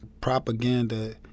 propaganda